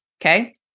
okay